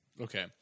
Okay